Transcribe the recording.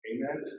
Amen